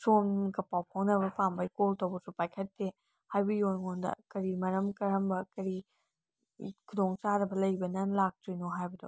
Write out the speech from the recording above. ꯁꯣꯝꯒ ꯄꯥꯎ ꯐꯥꯎꯅꯕ ꯄꯥꯝꯕꯩ ꯀꯣꯜ ꯇꯧꯕꯁꯨ ꯄꯥꯏꯈꯠꯇꯦ ꯍꯥꯏꯕꯤꯌꯣ ꯑꯩꯉꯣꯟꯗ ꯀꯔꯤ ꯃꯔꯝ ꯀꯔꯝꯕ ꯀꯔꯤ ꯈꯨꯗꯣꯡ ꯆꯥꯗꯕ ꯂꯩꯕꯅ ꯂꯥꯛꯇ꯭ꯔꯤꯅꯣ ꯍꯥꯏꯕꯗꯣ